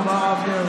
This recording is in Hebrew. מזל טוב, הרב דרעי.